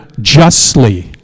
justly